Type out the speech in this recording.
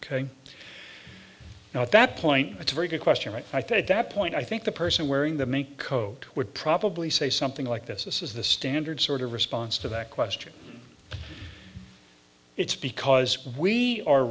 now at that point it's a very good question i thought at that point i think the person wearing the mink coat would probably say something like this is the standard sort of response to that question it's because we are